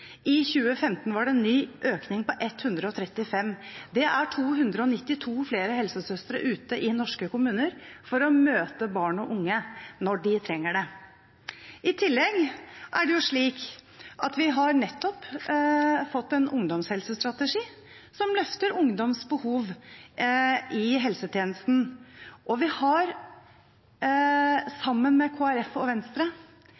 I 2015 var det en ny økning, på 135. Det er 292 flere helsesøstre ute i norske kommuner for å møte barn og unge når de trenger det. I tillegg har vi nettopp fått en ungdomshelsestrategi som løfter ungdoms behov i helsetjenesten, og vi har